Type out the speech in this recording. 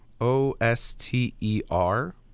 O-S-T-E-R